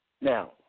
Now